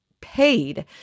paid